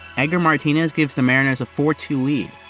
edgar martinez gives the mariners a four two lead.